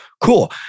cool